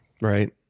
right